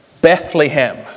Bethlehem